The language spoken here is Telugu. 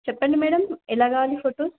చెప్పండి మేడమ్ ఎలా కావాలి ఫోటో